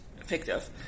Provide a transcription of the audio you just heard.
effective